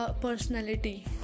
personality